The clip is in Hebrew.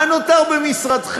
מה נותר במשרדך?